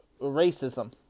racism